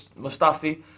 Mustafi